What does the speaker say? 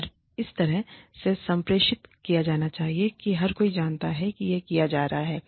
और इसे इस तरह से संप्रेषित किया जाना चाहिए कि हर कोई जानता है कि यह किया जा रहा है